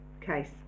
case